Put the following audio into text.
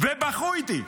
ובכו איתי,